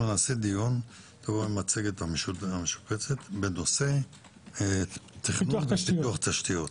אנחנו נקיים דיון נוסף בנושא המצגת המשופצת בנושא תכנון פיתוח תשתיות.